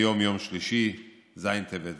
להיום, יום שלישי, ז' בטבת.